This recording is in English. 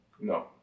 No